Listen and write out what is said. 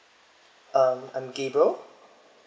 um I'm gabriel